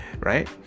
right